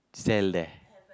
sell there